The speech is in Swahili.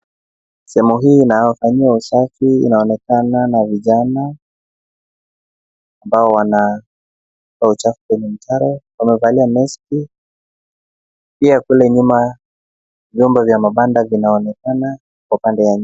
Sehemu hii inayofanyiwa usafi inaonekana na vijana ambao wanatoa uchafu kwa mtaro. Wamevalia maski. Pia kule nyuma vyumba vya mabanda vinaonekana. Kwa upande wa ...